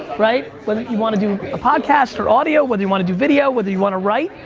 right? whether you wanna do a podcast or audio, whether you wanna do video, whether you wanna write.